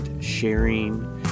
sharing